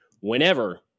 whenever